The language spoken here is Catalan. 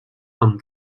amb